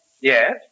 Yes